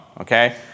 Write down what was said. Okay